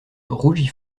rougit